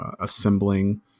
assembling